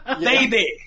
baby